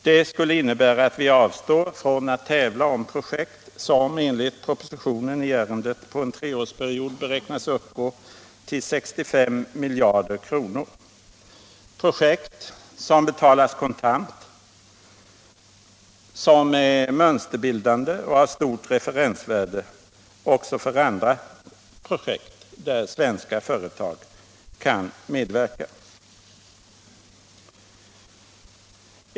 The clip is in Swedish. Det skulle innebära att vi också skulle avstå från att tävla om projekt som enligt propositionen i ärendet på en treårsperiod beräknas uppgå till 65 miljarder kronor — projekt som betalas kontant, som är mönsterbildande och som har stort referensvärde också för andra projekt där svenska företag kan medverka?